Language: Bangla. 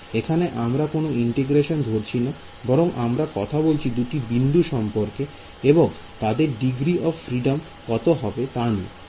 এখানে আমরা কোন ইন্টিগ্রেশন ধরছি না বরং আমরা কথা বলছি দুটি বিন্দু সম্পর্কে এবং তাদের ডিগ্রী অফ ফ্রিডম কত হবে তা নিয়ে